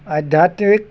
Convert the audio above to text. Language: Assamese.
আধ্যাত্মিক